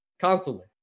Constantly